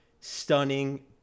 stunning